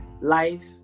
life